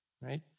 right